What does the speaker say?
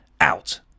out